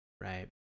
right